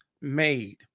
made